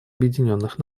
объединенных